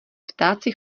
ptáci